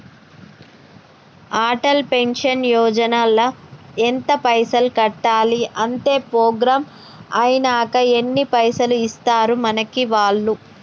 Atal pension Yojana ల ఎంత పైసల్ కట్టాలి? అత్తే ప్రోగ్రాం ఐనాక ఎన్ని పైసల్ ఇస్తరు మనకి వాళ్లు?